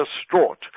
distraught